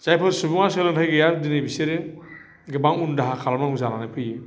जायफोर सुबुङा सोलोंथाइ गैया दिनै बिसोरो गोबां उनदाहा खालामनांगौ जानानै फैयो